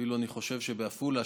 אפילו בעפולה,